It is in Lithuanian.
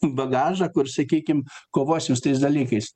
bagažą kur sakykim kovos jau su tais dalykais